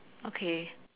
okay